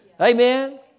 Amen